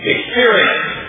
Experience